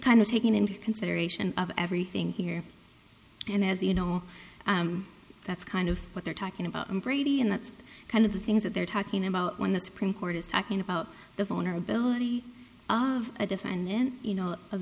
kind of taking into consideration of everything here and as you know that's kind of what they're talking about brady and that's kind of the things that they're talking about when the supreme court is talking about the vulnerability of a defendant you know of